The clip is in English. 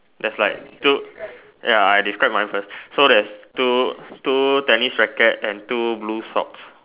there's like two ya I describe mine first so there's two two tennis rackets and two blue socks